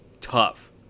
tough